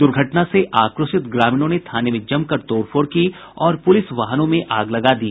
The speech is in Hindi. दुर्घटना से आक्रोशित ग्रामीणों ने थाने में जमकर तोडफोड़ की और पुलिस वाहनों में आग लगा दी